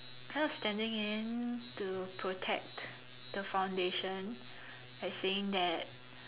kind of standing in to protect the foundation like saying that